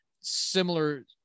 similar